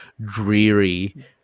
dreary